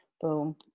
Boom